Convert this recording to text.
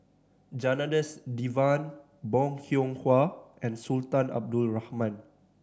Janadas Devan Bong Hiong Hwa and Sultan Abdul Rahman